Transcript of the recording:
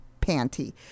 panty